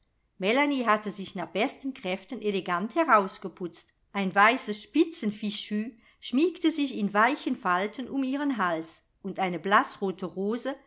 hatte sich nach besten kräften elegant herausgeputzt ein weißes spitzenfichu schmiegte sich in weichen falten um ihren hals und eine blaßrote rose